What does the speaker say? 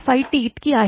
5T इतकी आहे